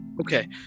Okay